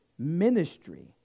Ministry